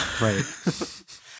Right